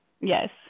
Yes